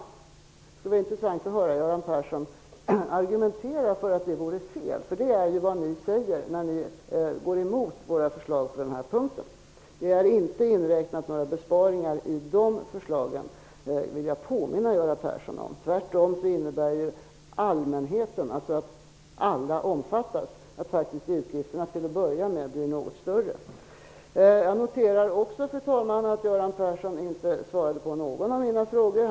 Det skulle vara intressant att höra Göran Persson argumentera för att det vore fel. Det är ju det ni säger när ni går emot våra förslag på den här punkten. Jag vill påminna Göran Persson om att det inte är inräknat några besparingar i de förslagen. Tvärtom innebär det förhållandet att alla omfattas av förslaget och att utgifterna till att börja med blir något större. Jag noterar också, fru talman, att Göran Persson inte svarade på någon av mina frågor.